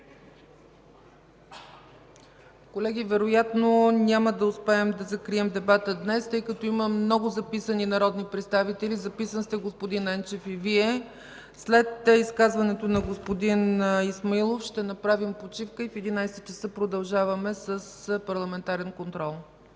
Колеги, вероятно няма да успеем да закрием дебата днес, тъй като има много записани народни представители. Записан сте, господин Енчев, и Вие. След изказването на господин Исмаилов ще направим почивка и в 11,00 ч. продължаваме с Парламентарен контрол.